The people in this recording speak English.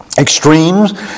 extremes